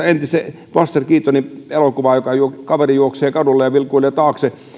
entisen buster keatonin elokuvaa jossa kaveri juoksee kadulla ja vilkuilee taakse